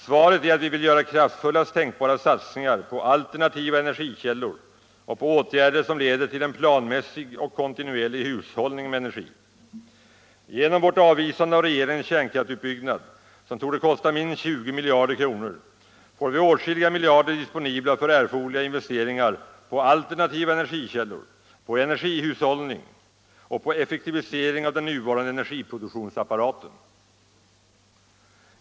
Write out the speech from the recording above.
Svaret är att vi vill göra kraftfullaste tänkbara satsning på alternativa energikällor och på åtgärder som leder till en planmässig och kontinuerlig hushållning med energi. Genom vårt avvisande av regeringens kärnkraftsutbyggnad, vilken torde kosta minst 20 miljarder, får vi åtskilliga miljarder disponibla för erforderliga investeringar på al ternativa energikällor, på energihushållning och på effektivisering av den nuvarande energiproduktionsapparaten.